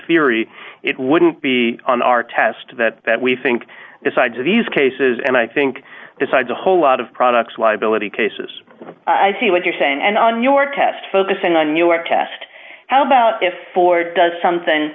theory it wouldn't be on our test that that we think decides these cases and i think decides a whole lot of products liability cases i see what you're saying and on your test focusing on us test how about if ford does something